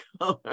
color